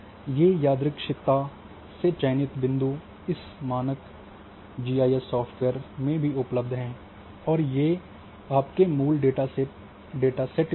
ये यादृच्छिकता से चयनित बिंदु इस मानक जीआईएस सॉफ्टवेयर में भी उपलब्ध हैं और ये आपके मूल डेटासेट में भी हैं